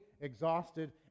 exhausted